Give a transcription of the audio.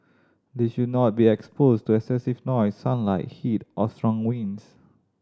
they should not be exposed to excessive noise sunlight heat or strong wind